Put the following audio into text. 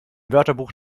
wörterbuch